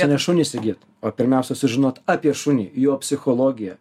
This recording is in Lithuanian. ne šunį įsigyt o pirmiausia sužinot apie šunį jo psichologiją